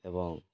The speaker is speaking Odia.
ଏବଂ